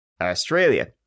Australia